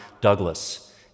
Douglas